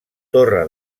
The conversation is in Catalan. torre